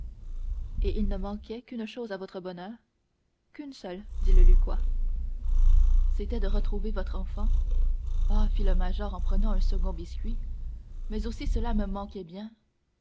et il ne manquait qu'une chose à votre bonheur qu'une seule dit le lucquois c'était de retrouver votre enfant ah fit le major en prenant un second biscuit mais aussi cela me manquait bien